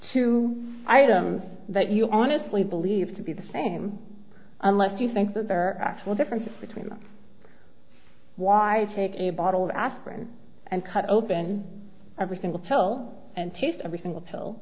two items that you honestly believe to be the same unless you think that there are actual differences between why i take a bottle of aspirin and cut open every single pill and paste every single pill